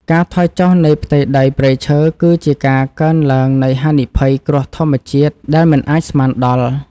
ការថយចុះនៃផ្ទៃដីព្រៃឈើ គឺជាការកើនឡើងនៃហានិភ័យគ្រោះធម្មជាតិដែលមិនអាចស្មានដល់។